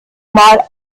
mal